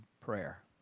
prayer